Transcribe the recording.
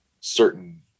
certain